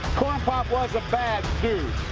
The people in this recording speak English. corn pop was a bad dude.